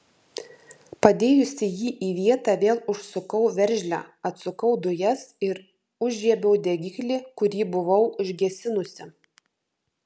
padėjusi jį į vietą vėl užsukau veržlę atsukau dujas ir užžiebiau degiklį kurį buvau užgesinusi